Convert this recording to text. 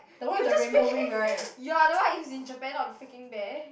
you just freaking you are the one who's in Japan not the freaking bear